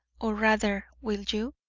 or, rather, will you?